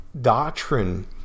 doctrine